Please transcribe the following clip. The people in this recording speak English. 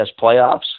playoffs